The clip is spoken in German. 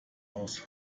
aus